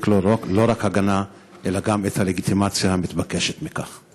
לו לא רק הגנה אלא גם את הלגיטימציה המתבקשת מכך.